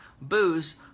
booze